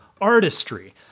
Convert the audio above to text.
artistry